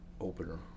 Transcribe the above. opener